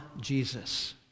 Jesus